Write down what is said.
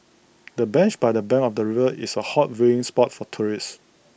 the bench by the bank of the river is A hot viewing spot for tourists